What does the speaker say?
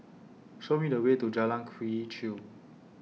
Show Me The Way to Jalan Quee Chew